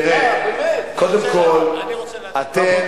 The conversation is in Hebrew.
תראה, קודם כול, אתם, איזה חוסר אחריות זה.